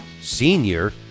Senior